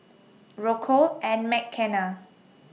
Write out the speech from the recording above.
Rocco and Mckenna